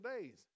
days